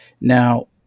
now